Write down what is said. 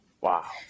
Wow